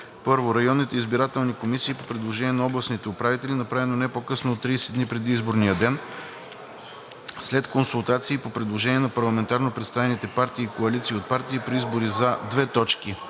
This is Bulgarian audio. на: 1. районните избирателни комисии по предложение на областните управители, направено не по-късно от 30 дни преди изборния ден, след консултации и по предложение на парламентарно представените партии и коалиции от партии, при избори за: а)